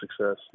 success